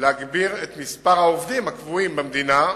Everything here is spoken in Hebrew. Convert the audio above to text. להגביר את מספר העובדים הקבועים במדינה.